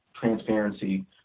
transparency